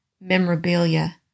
memorabilia